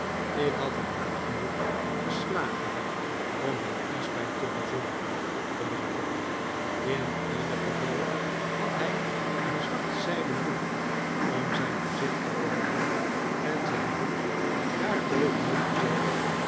ik had hem hard genoeg geslagen om hem kiespijn te bezorgen geloof ik in ieder geval had hij een zwart zijden doek om zijn gezicht gebonden en zijn hoed daarbovenop gezet